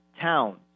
towns